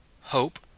hope